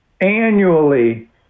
annually